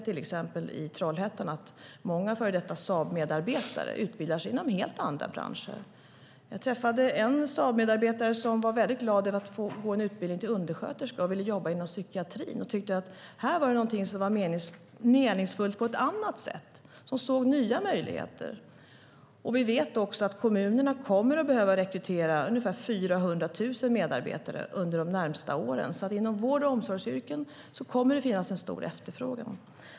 Till exempel kan man i Trollhättan se att många tidigare Saabmedarbetare utbildar sig inom helt andra branscher. Jag träffade en Saabmedarbetare som var väldigt glad över att få gå en utbildning till undersköterska och ville jobba inom psykiatrin för att det var något som var meningsfullt. Vi vet också att kommunerna kommer att behöva rekrytera ungefär 400 000 medarbetare under de närmaste åren. Inom vård och omsorgsyrken kommer det att finnas en stor efterfrågan.